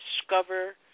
discover